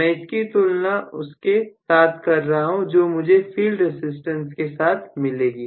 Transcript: मैं इसकी तुलना उसके साथ कर रहा हूं जो मुझे फील्ड रसिस्टेंस के साथ मिलेगी